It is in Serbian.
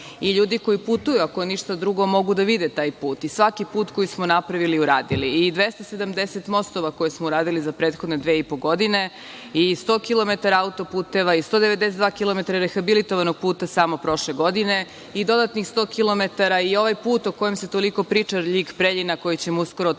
i ljudi koji putuju, ako ništa drugo, mogu da vide taj put. I svaki put koji smo napravili i uradili, i 270 mostova koje smo uradili za prethodne dve i po godine i 100 kilometara autoputeva i 192 kilometra rehabilitovanog puta samo prošle godine i dodatnih 100 kilometara i ovaj put o kojem se toliko priča Ljig-Preljina, koji ćemo uskoro otvoriti.